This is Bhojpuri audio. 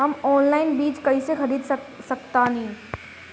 हम ऑनलाइन बीज कईसे खरीद सकतानी?